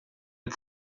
ett